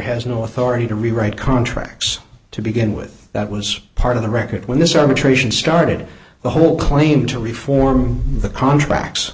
has no authority to rewrite contracts to begin with that was part of the record when this arbitration started the whole claim to reform the contracts